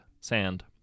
sand